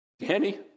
Danny